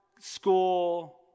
school